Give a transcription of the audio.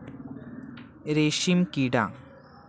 रेशीमकिडा